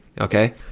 okay